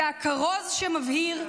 זה הכרוז שמבהיר: